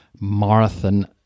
Marathon